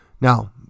Now